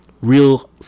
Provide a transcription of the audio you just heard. real